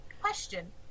Question